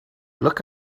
look